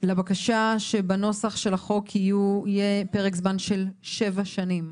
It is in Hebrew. לבקשה שבנוסח של החוק יהיה פרק זמן של שבע שנים.